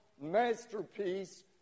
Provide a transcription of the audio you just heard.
masterpiece